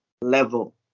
level